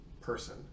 person